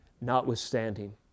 notwithstanding